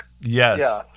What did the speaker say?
yes